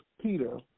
Peter